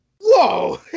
whoa